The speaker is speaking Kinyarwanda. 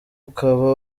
ukaba